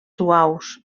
suaus